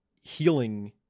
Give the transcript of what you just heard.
healing